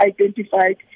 identified